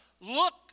look